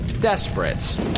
desperate